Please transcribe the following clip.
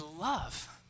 love